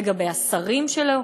לגבי השרים שלו,